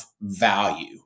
value